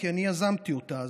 כי אני יזמתי אותה,